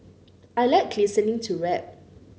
I like listening to rap